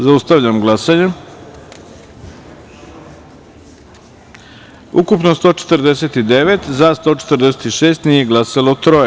Zaustavljam glasanje: ukupno - 149, za – 146, nije glasalo - troje.